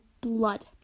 blood